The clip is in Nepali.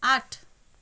आठ